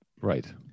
Right